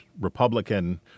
Republican